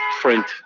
print